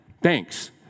thanks